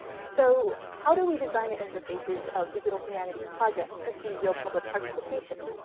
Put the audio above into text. so how do we design interfaces of digital humanities projects to see real public participation?